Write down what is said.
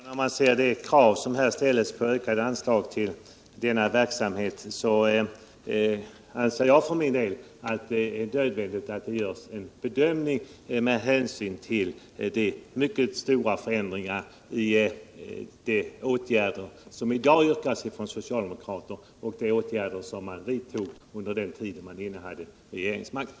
Herr talman! När jag ser de krav som här ställs på en ökning av anslagen till denna verksamhet, anser jag för min del att det är nödvändigt att göra en noggrann bedömning av hur ytterligare stimulansåtgärder skall utformas. Socialdemokraterna ställer ju i dag mycket stora krav, jämfört med de åtgärder som socialdemokraterna vidtog under den tid de innehade regeringsmakten.